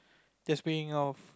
just bringing help